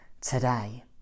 today